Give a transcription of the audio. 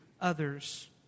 others